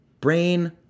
Brain